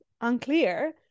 unclear